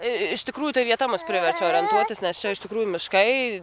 iš tikrųjų tai vieta mus priverčia orientuotis nes čia iš tikrųjų miškai